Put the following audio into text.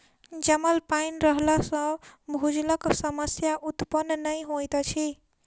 जमल पाइन रहला सॅ भूजलक समस्या उत्पन्न नै होइत अछि